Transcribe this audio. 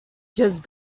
just